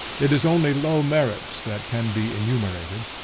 it is only low merits that can be enumerated.